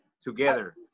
together